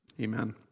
Amen